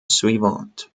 suivante